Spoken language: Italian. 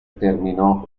terminò